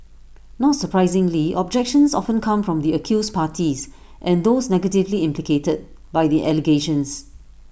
not surprisingly objections often come from the accused parties and those negatively implicated by the allegations